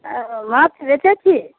आ माँछ बेचैत छियै